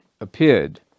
appeared